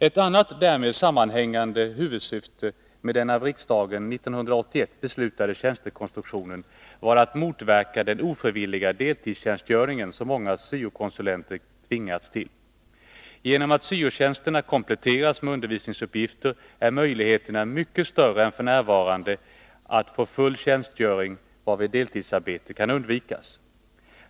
Ett annat därmed sammanhängande huvudsyfte med den av riksdagen 1981 beslutade tjänstekonstruktionen var att motverka den ofrivilliga deltidstjänstgöring som många syo-konsulenter tvingats till. Genom att syo-tjänsterna kompletteras med undervisningsuppgifter är möjligheterna mycket större än f.n. att få full tjänstgöring, varvid deltidsarbete kan undvikas.